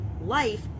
life